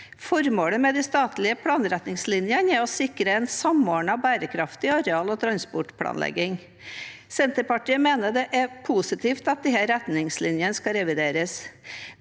Formålet med de statlige planretningslinjene er å sikre en samordnet og bærekraftig areal- og transportplanlegging. Senterpartiet mener det er positivt at disse retningslinjene skal revideres.